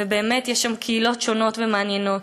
באמת יש שם קהילות שונות ומעניינות.